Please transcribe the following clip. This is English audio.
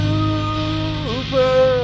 Super